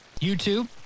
YouTube